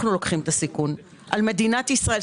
על מדינת ישראל.